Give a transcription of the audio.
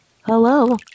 Hello